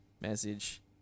message